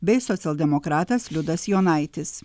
bei socialdemokratas liudas jonaitis